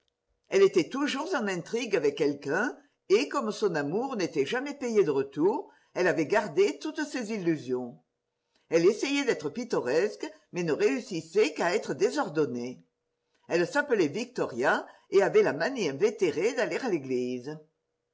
elle était toujours en intrigue avec quelqu'un et comme son amour n'était jamais payé de retour elle avait gardé toutes ses illusions elle essayait d'être pittoresque mais ne réussissait qu'à être désordonnée elle s'appelait victoria et avait la manie invétérée d'aller à l'église